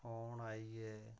phone आई गे